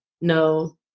no